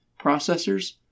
processors